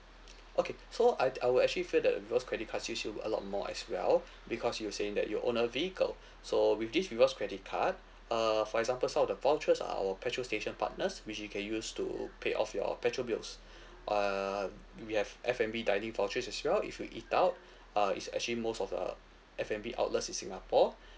okay so I'd I would actually feel that rewards credit card suits you a lot more as well because you were saying that you own a vehicle so with this rewards credit card uh for example some of the vouchers are our petrol station partners which you can use to pay off your petrol bills uh we have F&B dining vouchers as well if you eat out uh it's actually most of the F&B outlets in singapore